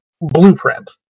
blueprint